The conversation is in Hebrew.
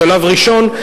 בשלב ראשון,